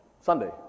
Sunday